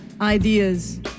Ideas